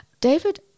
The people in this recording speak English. David